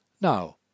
Now